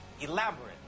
Elaborate